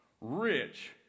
rich